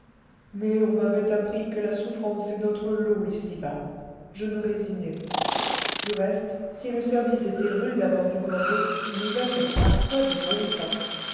mais on m'avait appris que la souffrance est notre lot ici-bas je me résignai du reste si le service était rude à bord du corbeau nous avions parfois du bon temps